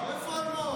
רחמים.